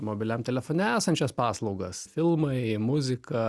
mobiliam telefone esančias paslaugas filmai muzika